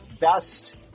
best